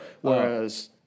whereas